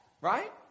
Right